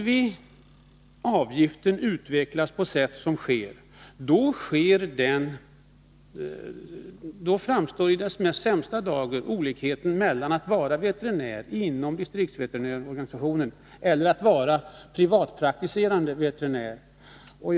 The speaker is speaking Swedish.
Om vi låter avgiften utvecklas på sätt som sker, kommer olikheten mellan att vara veterinär inom distriktsveterinärorganisationen och att vara privatpraktiserande veterinär att framstå i sin sämsta dager.